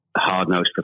hard-nosed